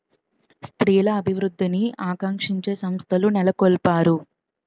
స్త్రీల అభివృద్ధిని ఆకాంక్షించే సంస్థలు నెలకొల్పారు